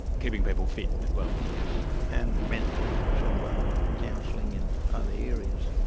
keeping people fit as well. yes, and mentally through um counselling and other areas.